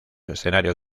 escenarios